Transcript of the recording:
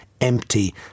empty